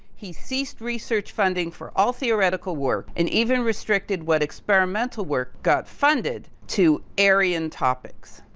he ceased research funding for all theoretical work and even restricted what experimental work got funded to aryan topics.